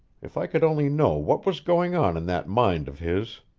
if i could only know what was going on in that mind of his